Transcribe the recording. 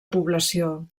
població